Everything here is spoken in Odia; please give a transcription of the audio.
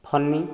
ଫନି